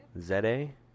Z-A